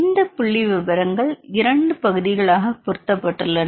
இந்த புள்ளிவிபரங்கள் இரண்டு பகுதிகளாக பொருத்தப்பட்டுள்ளன